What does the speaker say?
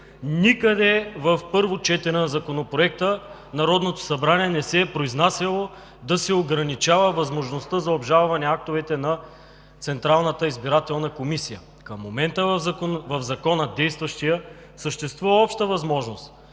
Никъде в първо четене на Законопроекта Народното събрание не се е произнасяло да се ограничава възможността за обжалване актовете на Централната избирателна комисия. Към момента в действащия Закон съществува обща възможност,